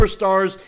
superstars